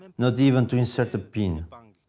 not even to insert a pin.